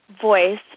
voice